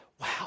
wow